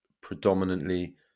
predominantly